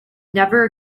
never